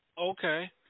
Okay